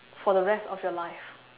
for the rest for your life